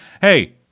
hey